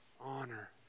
honor